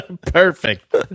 perfect